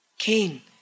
Cain